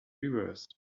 reversed